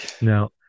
Now